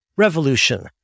Revolution